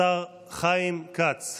השר חיים כץ.